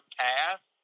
path